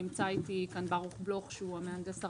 נמצא איתי כאן ברוך בלוך שהוא המהנדס הראשי,